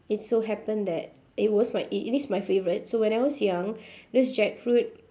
it so happen that it was my i~ it is my favourite so when I was young this jackfruit